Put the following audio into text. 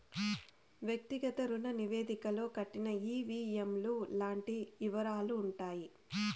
వ్యక్తిగత రుణ నివేదికలో కట్టిన ఈ.వీ.ఎం లు లాంటి యివరాలుంటాయి